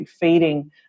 feeding